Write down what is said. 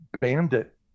bandit